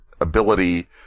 ability